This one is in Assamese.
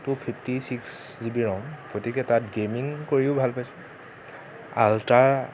two fifty six GB ROM গতিকে তাত গেমিং কৰিও ভাল পাইছোঁ আলটা